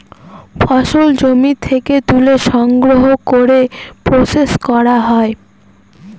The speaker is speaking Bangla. ফসল জমি থেকে তুলে সংগ্রহ করে প্রসেস করা হয়